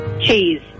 Cheese